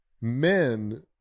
men